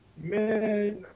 Man